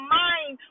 mind